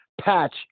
patch